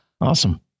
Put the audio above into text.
Awesome